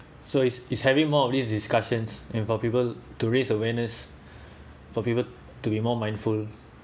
so is is having more of these discussions and for people to raise awareness for people to be more mindful